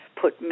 put